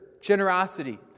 Generosity